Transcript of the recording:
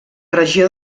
regió